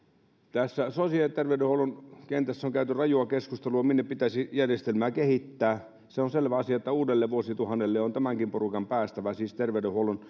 sosiaali ja terveydenhuollon kentässä on käyty rajua keskustelua minne pitäisi järjestelmää kehittää se on selvä asia että uudelle vuosituhannelle on tämänkin porukan päästävä siis terveydenhuollon